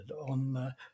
on